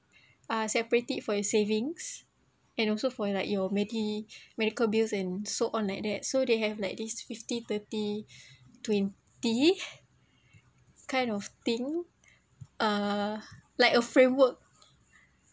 uh separate it for your savings and also for your own like your medi~ medical bills and so on like that so they have like this fifty thirty twenty kind of thing ah like a framework